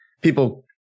People